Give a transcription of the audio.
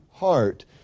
Heart